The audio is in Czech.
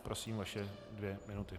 Prosím, vaše dvě minuty.